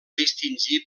distingir